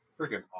Freaking